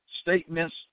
Statements